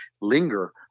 linger